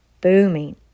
booming